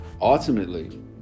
Ultimately